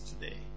today